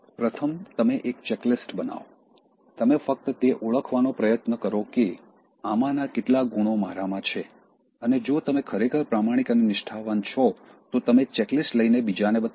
પ્રથમ તમે એક ચેકલિસ્ટ બનાવો તમે ફક્ત તે ઓળખવાનો પ્રયત્ન કરો કે આમાંના કેટલા ગુણો મારામાં છે અને જો તમે ખરેખર પ્રામાણિક અને નિષ્ઠાવાન છો તો તમે ચેકલિસ્ટ લઈને બીજાને બતાવી શકો